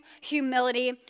humility